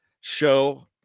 show